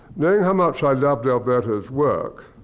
knowing how much i loved alberto's work,